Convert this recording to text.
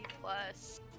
plus